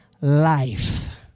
life